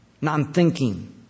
non-thinking